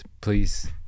please